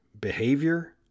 behavior